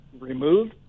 removed